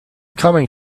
coming